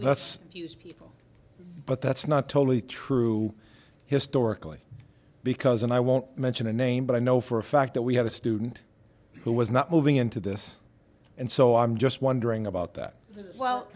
use people but that's not totally true historically because and i won't mention a name but i know for a fact that we have a student who was not moving into this and so i'm just wondering about that as well